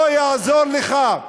לא יעזור לך.